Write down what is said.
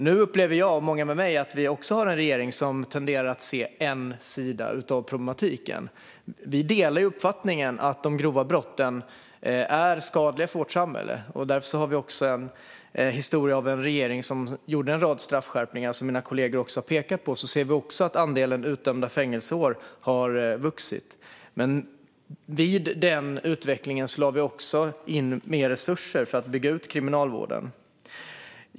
Nu upplever jag, och många med mig, att vi har en regering som tenderar att se en sida av problemet. Vi delar uppfattningen att de grova brotten är skadliga för vårt samhälle. Därför har vi också en historia av en regering som har infört en rad straffskärpningar, som även mina kollegor har pekat på. Vidare ser vi att andelen utdömda fängelseår har vuxit. I den utvecklingen lades mer resurser in för att bygga ut kriminalvården.